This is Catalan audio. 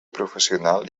professional